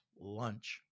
lunch